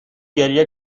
گریه